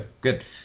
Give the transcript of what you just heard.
good